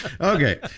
Okay